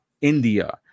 India